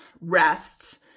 rest